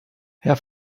herr